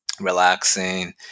relaxing